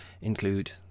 include